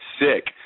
sick